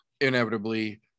inevitably